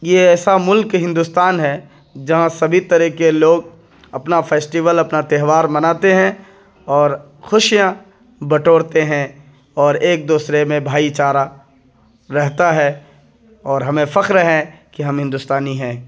یہ ایسا ملک ہندوستان ہے جہاں سبھی طرح کے لوک اپنا فیسٹول اپنا تہوار مناتے ہیں اور خوشیاں بٹورتے ہیں اور ایک دوسرے میں بھائی چارہ رہتا ہے اور ہمیں فخر ہے کہ ہم ہندوستانی ہیں